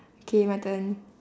okay my turn